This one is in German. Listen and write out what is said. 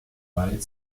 wald